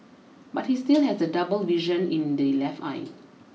but he still has double vision in the left eye